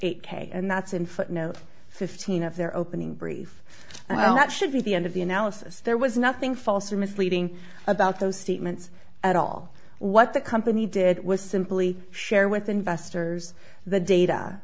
eight k and that's in footnote fifteen of their opening brief well that should be the end of the analysis there was nothing false or misleading about those statements at all what the company did was simply share